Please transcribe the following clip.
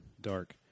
dark